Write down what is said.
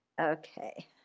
Okay